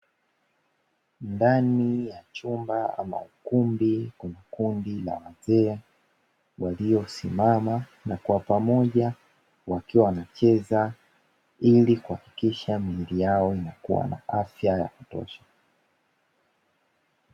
Ndani ya chumba ama ukumbi, kuna kundi la wazee waliosimama na kwa pamoja wakiwa wanacheza, ili kuhakikisha miili yao na kuwa na afya ya kutosha.